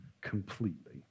completely